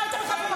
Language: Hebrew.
לא היית בכנסת.